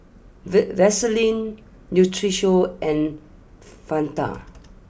V Vaseline Nutrisoy and Fanta